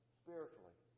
spiritually